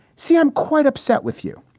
see, i'm quite upset with you.